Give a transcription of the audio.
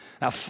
Now